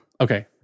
Okay